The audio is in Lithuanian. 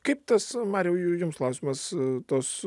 kaip tas mariau ju jums klausimas tos